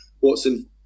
Watson